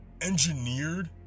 engineered